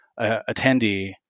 attendee